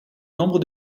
nombre